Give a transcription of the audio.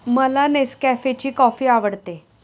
मला नेसकॅफेची कॉफी आवडते